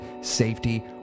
safety